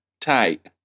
tight